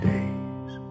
Days